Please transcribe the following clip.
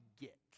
get